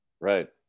Right